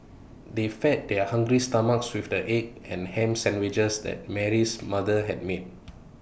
they fed their hungry stomachs with the egg and Ham Sandwiches that Mary's mother had made